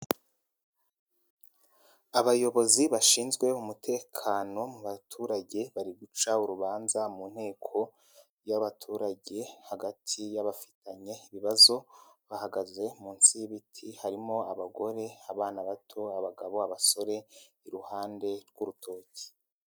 Abayobozi bashinzwe umutekano mu baturage, bari guca urubanza mu nteko y'abaturage, hagati y'abafitanye ibibazo, bahagaze munsi y'ibiti, harimo abagore, abana bato, abagabo, abasore, iruhande rw'urutoki.